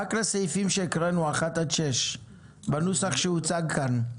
רק לסעיפים שהקראנו, 1 עד 6 בנוסח שהוצג כאן.